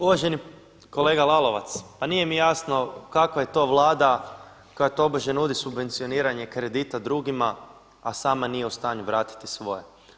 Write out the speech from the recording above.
Uvaženi kolega Lalovac, pa nije mi jasno kakav je to Vlada koja tobože nudi subvencioniranje kredita drugima a sama nije u stanju nije vratiti svoje.